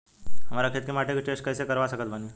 हमरा खेत के माटी के टेस्ट कैसे करवा सकत बानी?